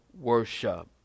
worship